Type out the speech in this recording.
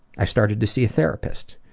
i started to see a therapist.